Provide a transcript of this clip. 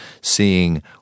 seeing